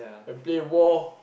and play war